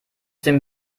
dem